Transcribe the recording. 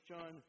John